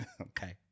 Okay